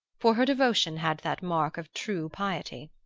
for her devotion had that mark of true piety,